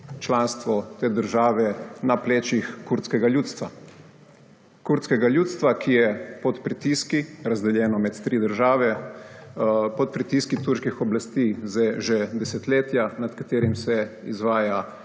članstvo te države na plečih kurdskega ljudstva. Kurdskega ljudstva, ki je pod pritiski, razdeljeno med tri države, pod pritiski turških oblasti zdaj že desetletja, nad katerim se izvaja